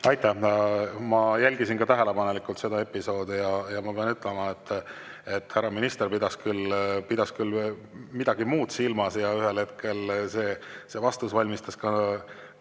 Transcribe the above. Aitäh! Ma jälgisin ka tähelepanelikult seda episoodi ja ma pean ütlema, et härra minister pidas küll midagi muud silmas ja ühel hetkel valmistas